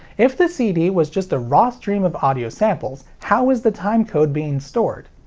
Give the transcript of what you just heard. if the cd was just a raw stream of audio samples, how is the timecode being stored?